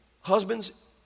Husbands